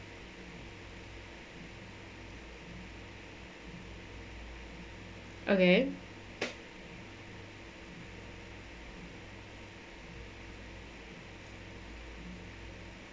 okay